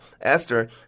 Esther